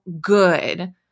good